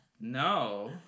no